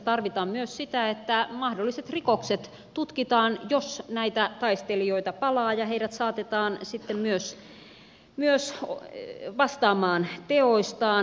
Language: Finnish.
tarvitaan myös sitä että mahdolliset rikokset tutkitaan jos näitä taistelijoita palaa ja heidät saatetaan sitten myös vastaamaan teoistaan